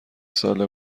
ساله